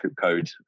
code